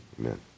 Amen